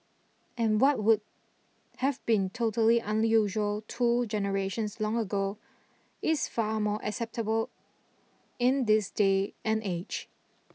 and what would have been totally unusual two generations long ago is far more acceptable in this day and age